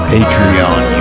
Patreon